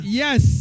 yes